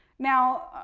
now,